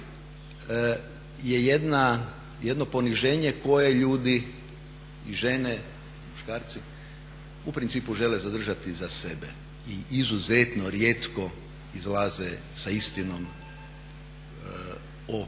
je jedno poniženje koje ljudi i žene, muškarci, u principu žele zadržati za sebe i izuzetno rijetko izlaze sa istinom o